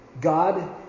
God